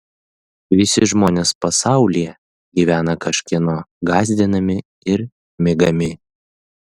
visi žmonės pasaulyje gyvena kažkieno gąsdinami ir mygami